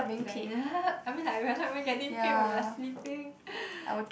you done yet I mean like I rather weren't getting paid when we are sleeping